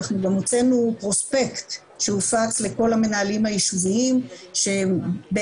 אנחנו גם הוצאנו פרוספקט שהופץ לכל המנהלים היישוביים שבעצם